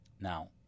Now